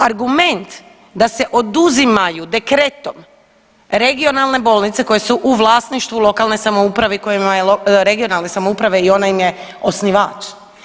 Argument da se oduzimaju dekretom regionalne bolnice koje su u vlasništvu lokalne samouprave i kojima je, regionalne samouprave i ona im je osnivač.